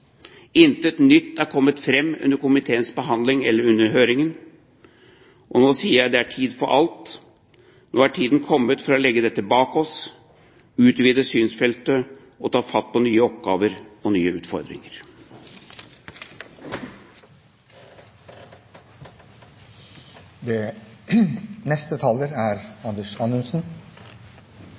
Intet nytt er kommet fram under komiteens behandling eller under høringen. Nå sier jeg at det er en tid for alt. Nå er tiden kommet for å legge dette bak oss, utvide synsfeltet og ta fatt på nye oppgaver og nye